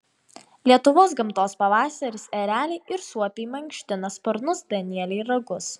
lietuvos gamtos pavasaris ereliai ir suopiai mankština sparnus danieliai ragus